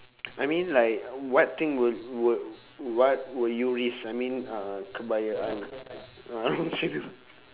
I mean like what thing will will what will you risk I mean uh